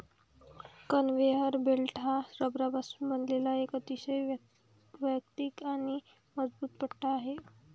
conveyor belt हा रबरापासून बनवलेला एक अतिशय वैयक्तिक आणि मजबूत पट्टा आहे